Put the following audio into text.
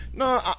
No